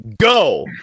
Go